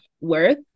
worth